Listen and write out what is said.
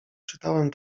czytałem